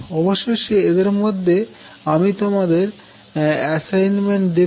অবশেষে এদের মধ্যে আমি তোমাদের অ্যাসাইনমেন্ট দেব